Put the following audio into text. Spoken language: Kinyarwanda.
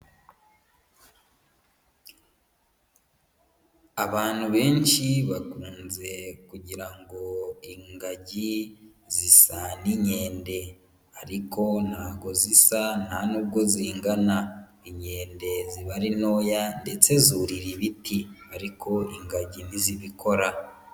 Abantu benshi bakunze kugirango ingagi zisa n'inkende ariko ntago zisa nta nubwo zingana, inkende zibari ntoya ndetse zurira ibiti, ariko ingagi ntizibikora.